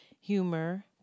humor